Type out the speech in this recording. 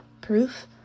Proof